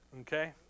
Okay